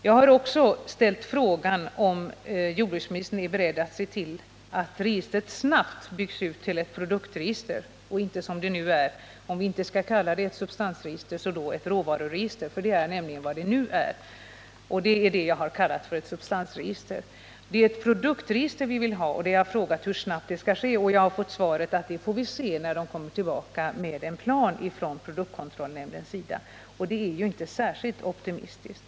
Jag har också ställt frågan, om jordbruksministern är beredd att se till att registret snabbt byggs ut till ett produktregister och inte bara förblir ett råvaruregister. Det är nämligen vad det är nu, och det är det som jag har kallat för ett substansregister. Det är dock ett produktregister som vi vill ha. Jag har frågat hur snabbt vi kan få ett sådant, och jag har fått svaret att det får vi se när produktkontrollnämnden kommer tillbaka med en plan. Det är ju inte särskilt optimistiskt!